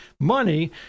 money